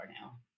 now